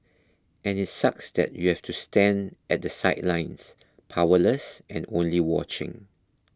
and it sucks that you've to stand at the sidelines powerless and only watching